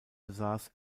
besaß